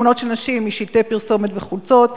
תמונות של נשים משלטי פרסומת בחוצות,